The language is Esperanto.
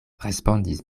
respondis